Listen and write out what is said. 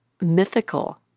mythical